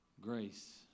grace